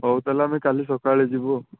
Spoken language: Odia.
ହଉ ତା'ହେଲେ ଆମେ କାଲି ସକାଳେ ଯିବୁ ଆଉ